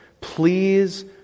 Please